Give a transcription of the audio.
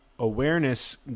Awareness